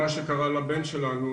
מה שקרה לבן שלנו,